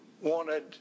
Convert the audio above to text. wanted